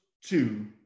two